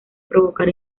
provocar